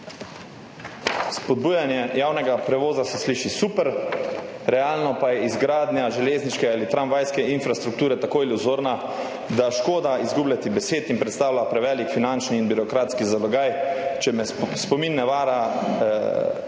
Spodbujanje javnega prevoza se sliši super, realno pa je izgradnja železniške ali tramvajske infrastrukture tako iluzorna, da je škoda izgubljati besed in predstavlja prevelik finančni in birokratski zalogaj. Če me spomin ne vara, še